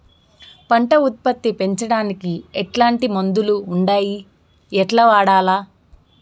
పంట ఉత్పత్తి పెంచడానికి ఎట్లాంటి మందులు ఉండాయి ఎట్లా వాడల్ల?